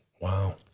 Wow